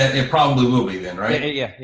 ah it probably will be then, right? yeah,